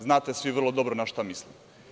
Znate svi vrlo dobro na šta mislim.